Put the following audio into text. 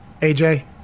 AJ